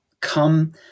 come